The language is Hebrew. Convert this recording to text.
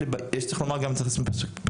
צריך לומר גם צריך לשים בפרספקטיבה,